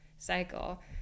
Cycle